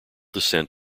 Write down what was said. descent